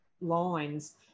lines